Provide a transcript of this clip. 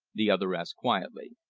the other asked quietly.